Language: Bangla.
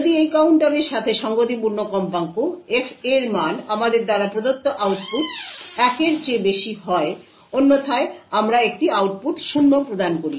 যদি এই কাউন্টারের সাথে সঙ্গতিপূর্ণ কম্পাঙ্ক FA এর মান আমাদের দ্বারা প্রদত্ত আউটপুট 1 এর চেয়ে বেশি হয় অন্যথায় আমরা একটি আউটপুট 0 প্রদান করি